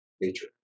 nature